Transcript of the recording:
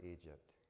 Egypt